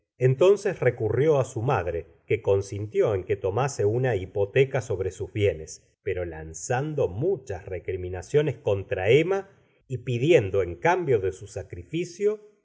entonces recurrió á su madre que consintió en que tomase una hipoteca sobre sus bienes pero lanzando muchas recriminaciones contra emma y pidiendo en cambio de su sacrificio